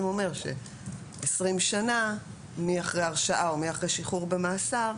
אומר ש-20 שנה מאחרי הרשעה או מאחרי שחרור במאסר,